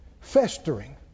festering